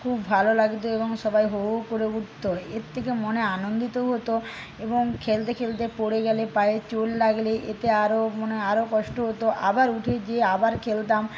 খুব ভালো লাগতো এবং সবাই হো হো করে উঠতো এর থেকে মনে আনন্দিত তো হত এবং খেলতে খেলতে পরে গেলে পায়ে চোট লাগলে এতে আরও মনে আরো কষ্ট হত আবার উঠে গিয়ে আবার খেলতাম